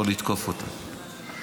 לא לתקוף אותם,